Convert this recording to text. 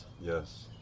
Yes